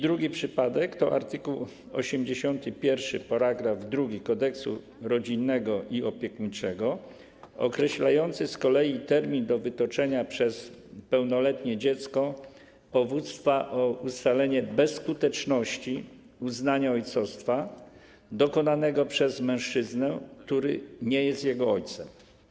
Drugi przypadek to art. 81 § 2 Kodeksu rodzinnego i opiekuńczego określający termin do wytoczenia przez pełnoletnie dziecko powództwa o ustalenie bezskuteczności uznania ojcostwa dokonanego przez mężczyznę, który nie jest jego ojcem.